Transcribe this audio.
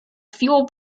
fuel